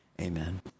Amen